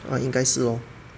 ah 应该是 lor